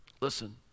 Listen